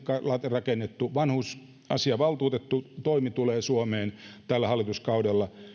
rakennettu vanhusasiavaltuutetun toimi tulee suomeen tällä hallituskaudella